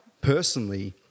personally